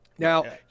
Now